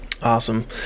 Awesome